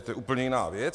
To je úplně jiná věc.